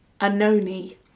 Anoni